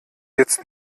jetzt